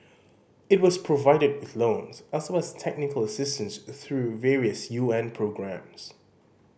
it was provided with loans as well as technical assistance through various U N programmes